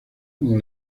como